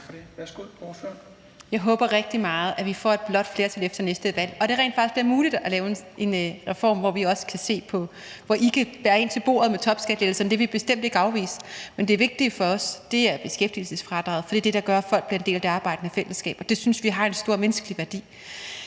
Louise Schack Elholm (V): Jeg håber rigtig meget, at vi får et blåt flertal efter næste valg, og at det rent faktisk bliver muligt at lave en reform, hvor vi kan se på det, og hvor I kan bære det med topskattelettelser ind til bordet. Det vil vi bestemt ikke afvise. Men det vigtige for os er beskæftigelsesfradraget, for det er det, der gør, at folk bliver en del af det arbejdende fællesskab, og det synes vi har en stor menneskelig værdi.